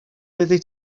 oeddet